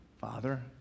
Father